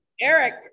Eric